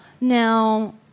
Now